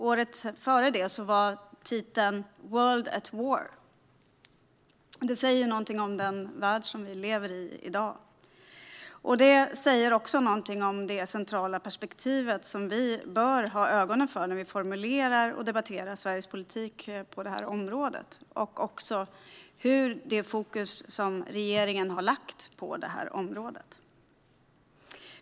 Året innan var titeln World at War . Det säger någonting om den värld som vi i dag lever i. Det säger också någonting om det centrala perspektiv som vi bör ha för ögonen när vi formulerar och debatterar Sveriges politik på detta område och också om det fokus som regeringen har haft på detta område.